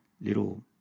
little